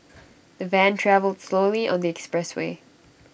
the van travelled slowly on the expressway